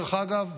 דרך אגב,